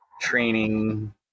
training